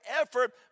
effort